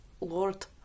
Lord